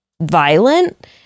violent